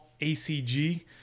ACG